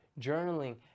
journaling